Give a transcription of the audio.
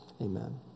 Amen